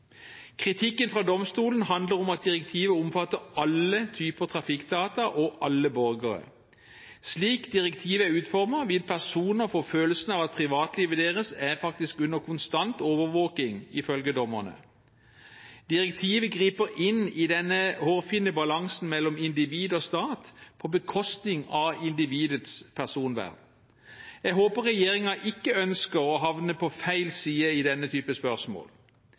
Kritikken fra domstolen handler om at direktivet omfatter alle typer trafikkdata og alle borgere. Slik direktivet er utformet, vil personer få følelsen av at privatlivet deres faktisk er under konstant overvåking, ifølge dommerne. Direktivet griper inn i denne hårfine balansen mellom individ og stat på bekostning av individets personvern. Jeg håper regjeringen ikke ønsker å havne på feil side i denne type spørsmål.